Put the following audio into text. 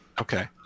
Okay